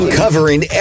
covering